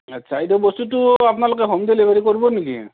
আচ্ছা এইটো বস্তুটো আপোনালোকে হ'ম ডেলিভাৰী কৰিব নেকি